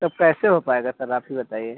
तब कैसे हो पाएगा सर आप ही बताइए